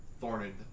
thorned